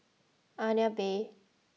Agnes B